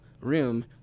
room